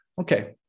Okay